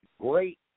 great